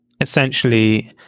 essentially